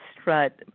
Strut